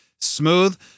smooth